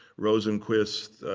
rosenquist,